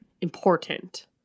Important